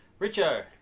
Richo